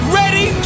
ready